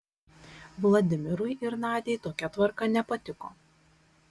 vladimirui ir nadiai tokia tvarka nepatiko